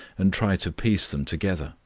and try to piece them together,